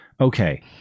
Okay